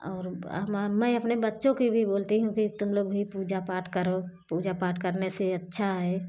और मैं अपने बच्चों की भी बोलती हूँ कि तुम लोग भी पूजा पाठ करो पूजा पाठ करने से अच्छा है